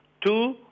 Two